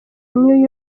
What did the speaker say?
new